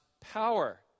power